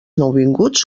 nouvinguts